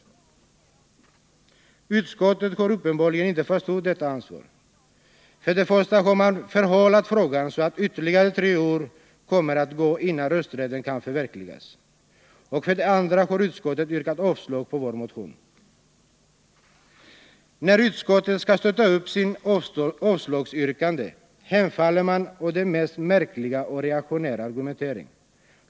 Utskottet har uppenbarligen inte förstått detta ansvar. För det första har man förhalat frågan så att ytterligare tre år kommer att gå innan rösträtten kan förverkligas, och för det andra har utskottet yrkat avslag på vår motion. När utskottet skall stötta upp sitt avslagsyrkande hemfaller man åt den mest märkliga och reaktionära argumentering.